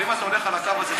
אבל אם אתה הולך על הקו הזה,